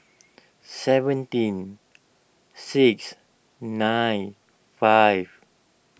seventeen six nine five